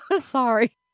Sorry